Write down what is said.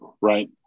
right